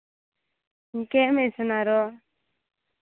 ఇంకేమిస్తున్నారు